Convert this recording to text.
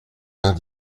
vingt